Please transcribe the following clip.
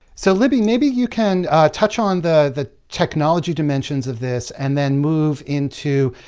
so, libbie, maybe you can touch on the technology dimensions of this and then move into,